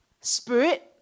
spirit